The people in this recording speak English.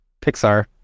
Pixar